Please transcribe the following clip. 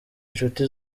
inshuti